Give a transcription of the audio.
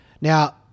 Now